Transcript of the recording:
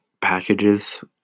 packages